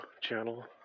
channel